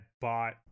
bought